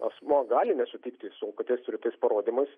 asmuo gali nesutikti su alkotesterio tais parodymais